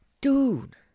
Dude